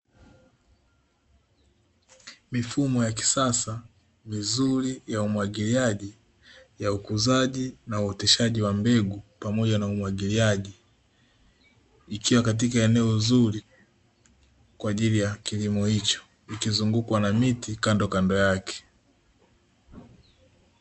Mifumo ya kisasa mizuri ya umwagiliaji ya ukuzaji na uoteshaji wa mbegu pamoja na umwagiliaji, ikiwa katika eneo zuri kwa ajili ya kilimo hicho ikizungukwa na miti kandokando yake.